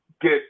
get